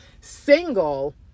single